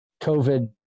COVID